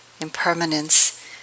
impermanence